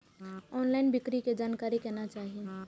Online बिक्री के जानकारी केना चाही?